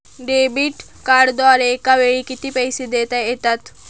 Debit कार्डद्वारे एकावेळी किती पैसे देता येतात?